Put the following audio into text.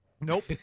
Nope